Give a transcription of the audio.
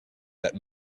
that